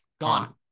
gone